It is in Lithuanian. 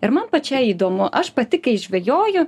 ir man pačiai įdomu aš pati kai žvejoju